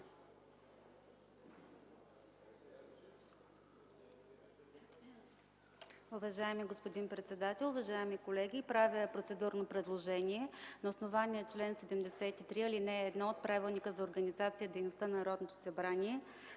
Уважаеми господин председател, уважаеми колеги, правя процедурно предложение. На основание чл. 73, ал. 1 от Правилника за организацията и дейността на Народното събрание